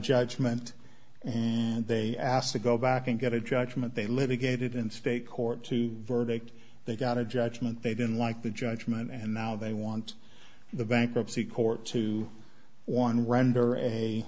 judgment and they asked to go back and get a judgment they live in gated and state court to verdict they got a judgment they didn't like the judgment and now they want the bankruptcy court to